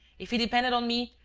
if it depended on me,